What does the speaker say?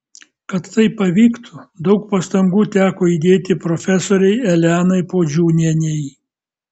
kad tai pavyktų daug pastangų teko įdėti profesorei elenai puodžiūnienei